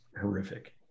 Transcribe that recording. horrific